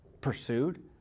pursued